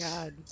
God